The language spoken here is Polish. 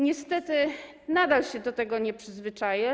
Niestety nadal się do tego nie przyzwyczaiłam,